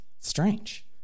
strange